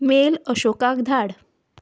mail अशोकाक धाड